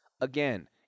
again